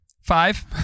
Five